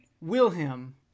Wilhelm